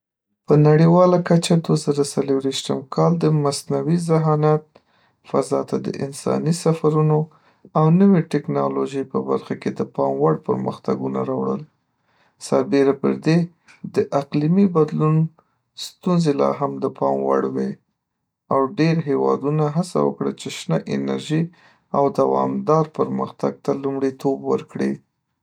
په نړیواله کچه دوره څلورویشتم کال د مصنوعي ذهانت، فضا ته د انساني سفرونو، او نوې ټکنالوژۍ په برخو کې د پام وړ پرمختګونه راوړل. سربېره پر دې، د اقلیمي بدلون ستونزې لا هم د پام وړ وې، او ډېر هېوادونه هڅه وکړه چې شنه انرژي او دوامدار پرمختګ ته لومړیتوب ورکړي.